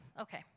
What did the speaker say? okay